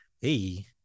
hey